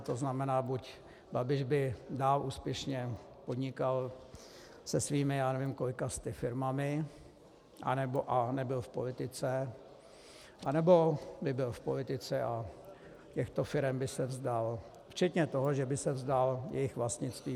To znamená, buď Babiš by dál úspěšně podnikal se svými já nevím kolika sty firmami a nebyl v politice, anebo by byl v politice a těchto firem by se vzdal včetně toho, že by se vzdal jejich vlastnictví.